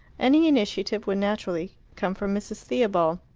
any initiative would naturally come from mrs. theobald.